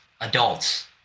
adults